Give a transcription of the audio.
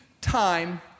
time